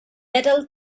middle